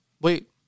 Wait